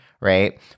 right